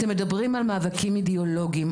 אתם מדברים על מאבקים אידיאולוגיים,